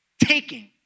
taking